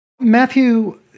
Matthew